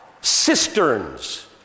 cisterns